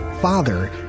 father